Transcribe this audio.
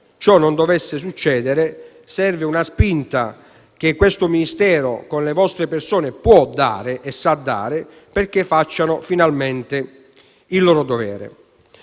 ciò non dovesse succedere, serve una spinta che questo Ministero con le vostre persone può e sa dare, perché facciano finalmente il loro dovere.